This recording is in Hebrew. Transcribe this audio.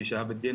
אני שיהאב אלדין,